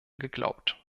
geglaubt